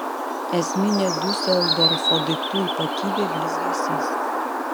esminė diuseldorfo daiktų ypatybė blizgesys